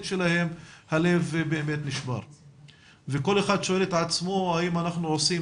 שלהם הלב באמת נשבר וכל אחד שואל את עצמו האם אנחנו עושים